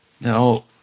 Now